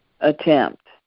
attempt